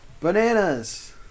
Bananas